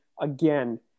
again